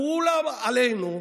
כולם עלינו.